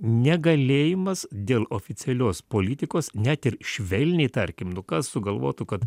negalėjimas dėl oficialios politikos net ir švelniai tarkim nu ką sugalvotų kad